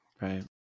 right